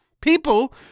People